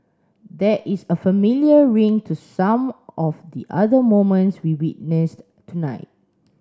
there is a familiar ring to some of the other moments we witnessed tonight